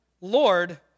Lord